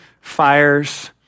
fires